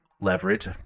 leverage